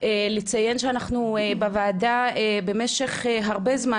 אני רוצה לציין שאנחנו בוועדה במשך הרבה זמן,